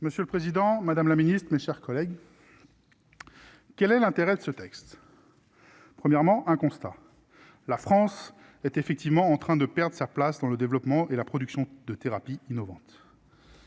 Monsieur le Président, Madame la Ministre, mes chers collègues, quel est l'intérêt de ce texte : premièrement, un constat : la France est effectivement en train de perdre sa place dans le développement et la production de thérapies innovantes,